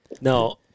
No